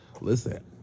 listen